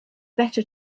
better